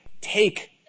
take